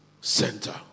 center